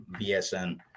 BSN